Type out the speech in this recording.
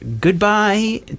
goodbye